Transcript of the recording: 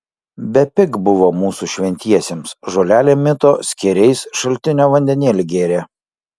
bepig buvo mūsų šventiesiems žolelėm mito skėriais šaltinio vandenėlį gėrė